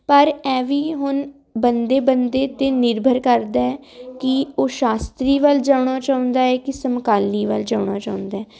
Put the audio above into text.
ਪਰ ਐਵੀ ਹੁਣ ਬੰਦੇ ਬੰਦੇ ਤੇ ਨਿਰਭਰ ਕਰਦਾ ਕੀ ਉਹ ਸ਼ਾਸਤਰੀ ਵੱਲ ਜਾਣਾ ਚਾਹੁੰਦਾ ਹੈ ਕਿ ਸਮਕਾਲੀ ਵੱਲ ਜਾਣਾ ਚਾਹੁੰਦੇ